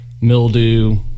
mildew